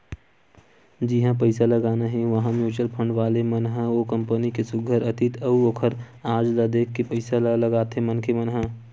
जिहाँ पइसा लगाना हे उहाँ म्युचुअल फंड वाले मन ह ओ कंपनी के सुग्घर अतीत अउ ओखर आज ल देख के पइसा ल लगाथे मनखे मन ह